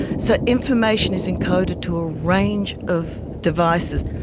so information is encoded to a range of devices.